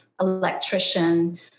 electrician